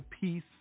peace